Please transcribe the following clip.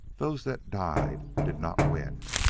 those that died did not win,